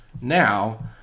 Now